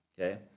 Okay